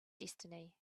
destiny